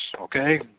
okay